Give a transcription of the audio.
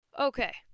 Okay